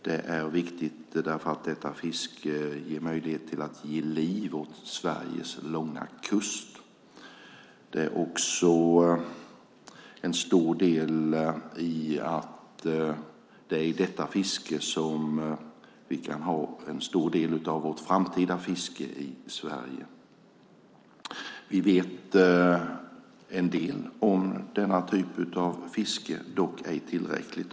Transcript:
Det är viktigt eftersom detta fiske ger möjlighet att ge liv åt Sveriges långa kust. Det är också i detta fiske som vi kan ha en stor del av vårt framtida fiske i Sverige. Vi vet en del om denna typ av fiske, dock ej tillräckligt.